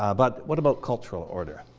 ah but what about cultural order?